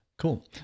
Cool